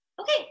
okay